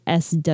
sw